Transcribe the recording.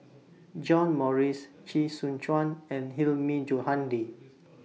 John Morrice Chee Soon Juan and Hilmi Johandi